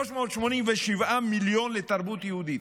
387 מיליון לתרבות יהודית,